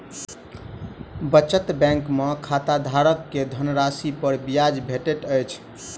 बचत बैंक में खाताधारक के धनराशि पर ब्याज भेटैत अछि